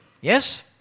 Yes